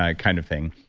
ah kind of thing.